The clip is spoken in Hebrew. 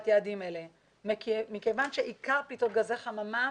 יעדים אלה מכיוון שעיקר פליטות גזי חממה,